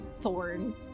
Thorn